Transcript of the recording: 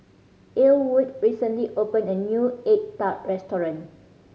Elwood recently open a new egg tart restaurant